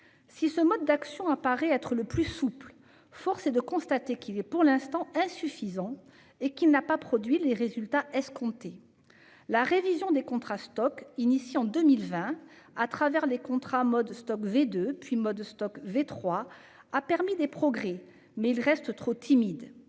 Si ce mode d'action apparaît comme le plus souple, force est de constater qu'il est pour le moment insuffisant et qu'il n'a pas produit les résultats escomptés. La révision des contrats Stoc, engagée en 2020 grâce aux contrats dits Stoc II puis Stoc III, a permis des progrès, qui restent toutefois